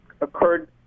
occurred